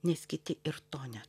nes kiti ir to ne